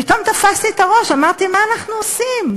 פתאום תפסתי את הראש ואמרתי: מה אנחנו עושים?